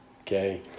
okay